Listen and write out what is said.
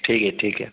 ठीक है ठीक है